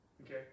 Okay